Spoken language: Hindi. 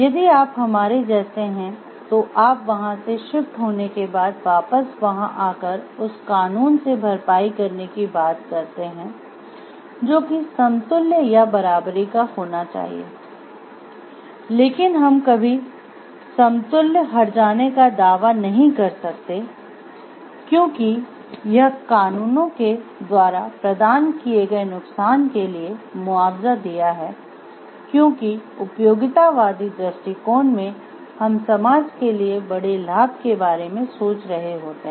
यदि आप हमारे जैसे है तो आप वहां से शिफ्ट होने के बाद वापस वहां आकर उस कानून से भरपाई करने की बात करते हैं जो कि समतुल्य या बराबरी का होना चाहिए लेकिन हम कभी समतुल्य हर्जाने का दावा नहीं कर सकते क्योंकि यह कानूनों के द्वारा प्रदान किए गए नुकसान के लिए मुआवजा दिया है क्योंकि उपयोगितावादी दृष्टिकोण में हम समाज के लिए बड़े लाभ के बारे में सोच रहे होते हैं